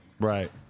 Right